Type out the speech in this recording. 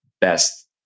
best